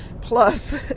Plus